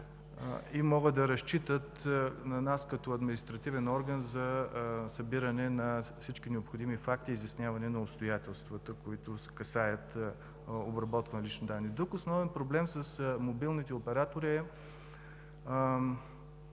и могат да разчитат на нас като административен орган за събиране на всички необходими факти и изясняване на обстоятелствата, които касаят обработването на лични данни. Друг основен проблем с мобилните оператори е